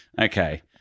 Okay